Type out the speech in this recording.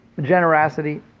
generosity